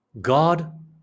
God